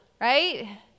right